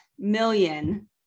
million